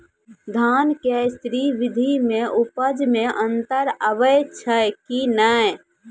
धान के स्री विधि मे उपज मे अन्तर आबै छै कि नैय?